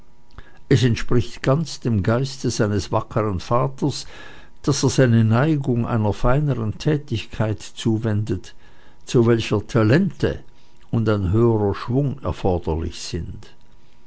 es entspricht ganz dem geiste seines wackern vaters daß er seine neigung einer feineren tätigkeit zuwendet zu welcher talente und ein höherer schwung erforderlich sind